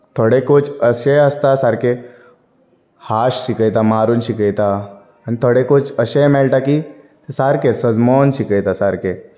थोडे कोच अशेंय आसता सारकें हार्श शिकयता मारून शिकयता आनी थोडे कोच अशेंय मेळटा की सारकें समजावन शिकयता सारके